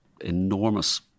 enormous